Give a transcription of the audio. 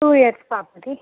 two years పాపకి